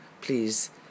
please